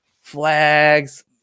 flags